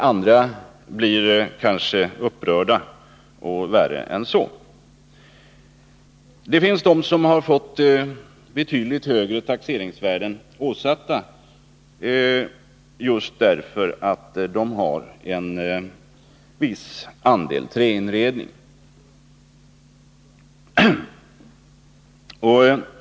Andra blir kanske upprörda och värre än så. Det finns de som har fått betydligt högre taxeringsvärden åsatta just därför att de har en viss andel träinredning.